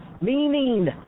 Meaning